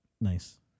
Nice